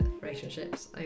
relationships